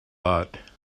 lot